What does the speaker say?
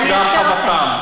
אני אאפשר לכם.